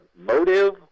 motive